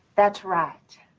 that's right.